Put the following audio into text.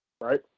right